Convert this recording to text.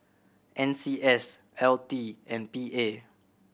N C S L T and P A